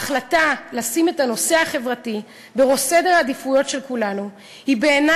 ההחלטה לשים את הנושא החברתי בראש סדר העדיפויות של כולנו היא בעיני